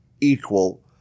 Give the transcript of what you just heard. equal